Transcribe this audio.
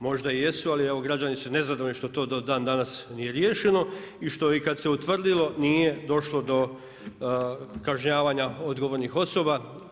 Možda i jesu, ali evo građani su nezadovoljni što to do dandanas nije riješeno i što i kad se utvrdilo, nije došlo do kažnjavanja odgovornih osoba.